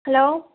hello